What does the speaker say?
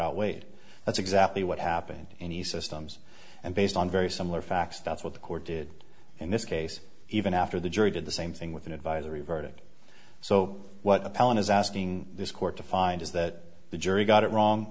out weighed that's exactly what happened and he systems and based on very similar facts that's what the court did in this case even after the jury did the same thing with an advisory verdict so what palin is asking this court to find is that the jury got it wrong